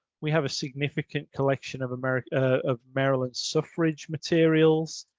we have a significant collection of america of maryland's suffrage materials.